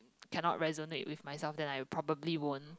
cannot resonate with my sound then I probably wouldn't